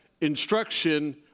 instruction